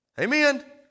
Amen